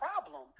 problem